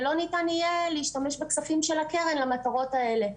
ולא ניתן יהיה להשתמש בכספים של הקרן למטרות האלה.